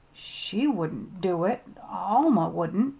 she wouldn't do it alma wouldn't!